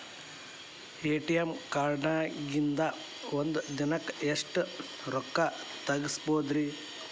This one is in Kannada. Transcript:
ಎ.ಟಿ.ಎಂ ಕಾರ್ಡ್ನ್ಯಾಗಿನ್ದ್ ಒಂದ್ ದಿನಕ್ಕ್ ಎಷ್ಟ ರೊಕ್ಕಾ ತೆಗಸ್ಬೋದ್ರಿ?